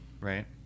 Right